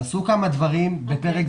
נעשו כמה דברים בפרק זמן.